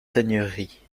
seigneuries